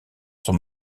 sont